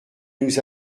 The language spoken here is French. nous